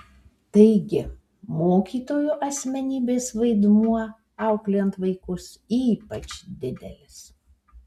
taigi mokytojo asmenybės vaidmuo auklėjant vaikus ypač didelis